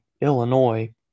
Illinois